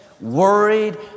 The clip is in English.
worried